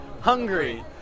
hungry